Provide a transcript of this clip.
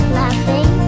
laughing